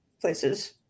places